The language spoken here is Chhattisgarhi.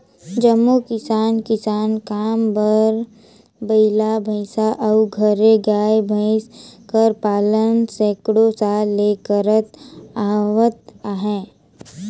जम्मो किसान किसानी काम बर बइला, भंइसा अउ घरे गाय, भंइस कर पालन सैकड़ों साल ले करत आवत अहें